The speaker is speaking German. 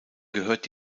gehört